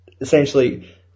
essentially